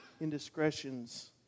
indiscretions